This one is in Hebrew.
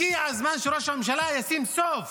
הגיע הזמן שראש הממשלה ישים סוף